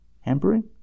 hampering